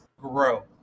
grow